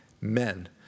men